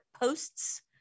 posts